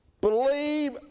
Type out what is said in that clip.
believe